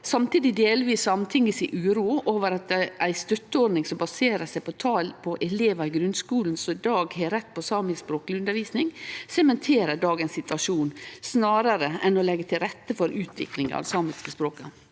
Samtidig deler vi Sametingets uro over at ei støtteordning som baserer seg på tal på elevar i grunnskulen som i dag har rett på samiskspråkleg undervisning, sementerer dagens situasjon snarare enn å leggje til rette for utvikling av dei samiske språka.